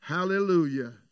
Hallelujah